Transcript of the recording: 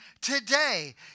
today